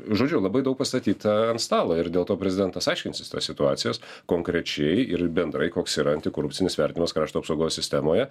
žodžiu labai daug pastatyta ant stalo ir dėl to prezidentas aiškinsis tas situacijas konkrečiai ir bendrai koks yra antikorupcinis vertinimas krašto apsaugos sistemoje